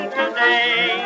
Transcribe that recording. today